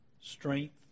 strength